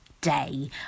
day